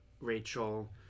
Rachel